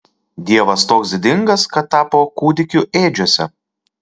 dievas toks didingas kad tapo kūdikiu ėdžiose